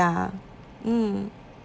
ya mm